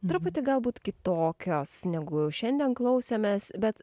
truputį galbūt kitokios negu šiandien klausėmės bet